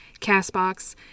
CastBox